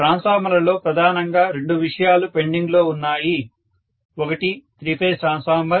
ట్రాన్స్ఫార్మర్లలో ప్రధానంగా రెండు విషయాలు పెండింగ్లో ఉన్నాయి ఒకటి త్రీ ఫేజ్ ట్రాన్స్ఫార్మర్